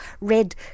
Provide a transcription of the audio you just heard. red